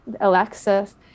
Alexis